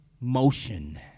motion